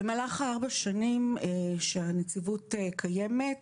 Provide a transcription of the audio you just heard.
במהלך ארבע השנים שהנציבות קיימת,